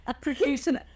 producing